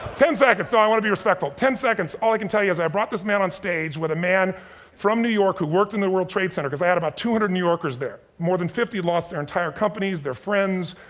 ten seconds, so i wanna be respectful. ten seconds, all i can tell ya is i brought this man on stage with a man from new york who worked in the world trade center, cause i had about two hundred new yorkers there. more than fifty had lost their entire companies, their friends,